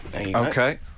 Okay